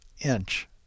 inch